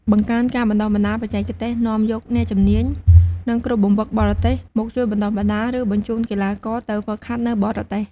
បង្កើនការបណ្ដុះបណ្ដាលបច្ចេកទេស នាំយកអ្នកជំនាញ និងគ្រូបង្វឹកបរទេសមកជួយបណ្ដុះបណ្ដាល ឬបញ្ជូនកីឡាករទៅហ្វឹកហាត់នៅបរទេស។